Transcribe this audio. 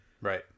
Right